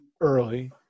early